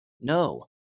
No